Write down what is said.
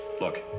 Look